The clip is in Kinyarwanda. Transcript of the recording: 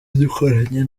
dukoranye